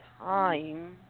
time